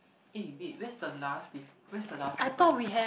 eh wait where's the last diff~ where's the last difference